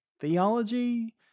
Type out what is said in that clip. Theology